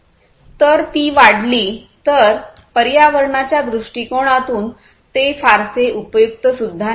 जर ती वाढली तर पर्यावरणाच्या दृष्टीकोनातून हे फारसे उपयुक्त सुद्धा नाही